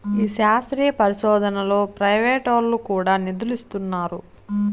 ఈ శాస్త్రీయ పరిశోదనలో ప్రైవేటోల్లు కూడా నిదులిస్తున్నారు